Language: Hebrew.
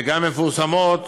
שגם מפורסמות